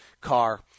car